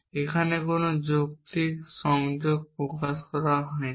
এখানে কোন যৌক্তিক সংযোজক প্রয়োগ করা হয়নি